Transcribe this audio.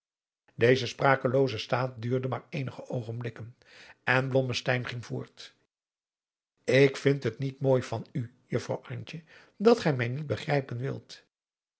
deze sprakelooze staat duurde maar eenige oogenblikken en blommesteyn ging voort ik vind het niet mooi van u juffrouw antje dat gij mij niet begrijpen wilt